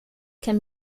can